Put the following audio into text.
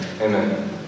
Amen